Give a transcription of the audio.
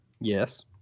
Yes